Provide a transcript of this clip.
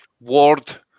Ward